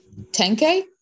10k